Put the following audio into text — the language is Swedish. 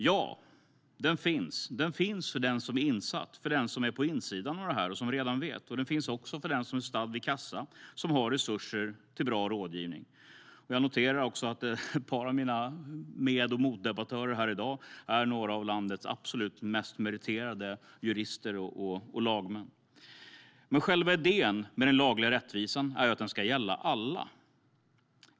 Ja, den finns - för den som är insatt, för den som är på insidan av detta och som redan vet. Den finns också för den som är stadd vid kassa och har resurser till bra rådgivning. Jag noterar också att ett par av mina med och motdebattörer här i dag är några av landets absolut mest meriterade jurister och lagmän. Men själva idén med den lagliga rättvisan är att den ska gälla alla.